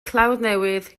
clawddnewydd